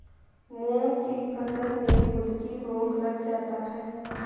मूंग की फसल में बूंदकी रोग लग जाता है